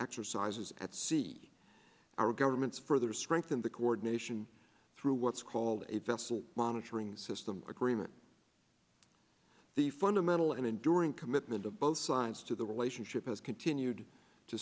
exercises at sea our governments further strengthen the coordination through what's called a vessel monitoring system agreement the fundamental and enduring commitment of both sides to the relationship has continued to